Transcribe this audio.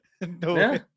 no